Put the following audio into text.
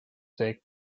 take